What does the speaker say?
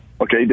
okay